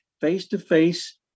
face-to-face